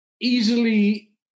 easily